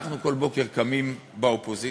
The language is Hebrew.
אנחנו כל בוקר קמים באופוזיציה